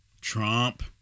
Trump